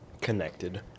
connected